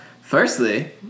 Firstly